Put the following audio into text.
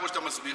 כמו שאתה מסביר,